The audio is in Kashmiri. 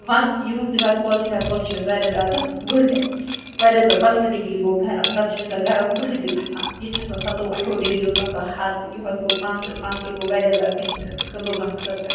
وَند یُِہُس ریتہٕ کول چھِ رٮ۪تہٕ کول تہِ چھِ اَسہِ واریاہ زیادٕ وُلٹہِ واریاہ زیادٕ پنژ ترہ ڈگری گوٚو گَرم نہٕ تہٕ چھُ نہٕ یوٗتاہ گرم زٕہٕنۍ تہِ گژھان ییٚتہِ چھِ آسان سَتووُہ اَٹھووُہ ڈگری آسان حد یہُس گوٚ پٕٛٛنژٕہ گٚو وار زیادٕ کٔشیٖرِ لُکَن خٲطرٕ